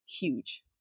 huge